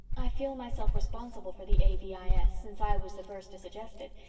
i feel myself responsible for the a v i s, since i was the first to suggest it,